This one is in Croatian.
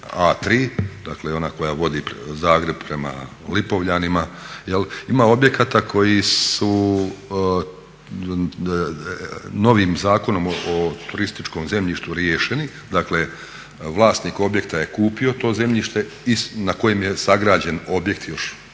A3 dakle ona koja vodi Zagreb prema Lipovljanima ima objekata koji su novim Zakonom o turističkom zemljištu riješeni, dakle vlasnik objekta je kupio to zemljište na kojem je sagrađen objekt još